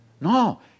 No